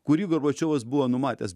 kurį gorbačiovas buvo numatęs